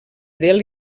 del